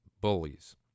bullies